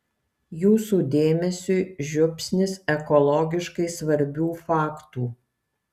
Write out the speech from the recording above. jūsų dėmesiui žiupsnis ekologiškai svarbių faktų